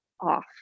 off